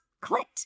clicked